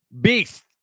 beast